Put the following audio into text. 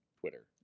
twitter